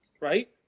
right